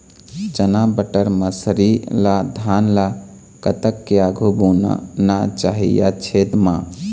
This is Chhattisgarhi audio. चना बटर मसरी ला धान ला कतक के आघु बुनना चाही या छेद मां?